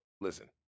listen